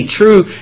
true